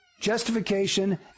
justification